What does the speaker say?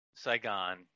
Saigon